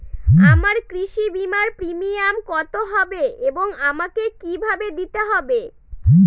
আমার কৃষি বিমার প্রিমিয়াম কত হবে এবং আমাকে কি ভাবে দিতে হবে?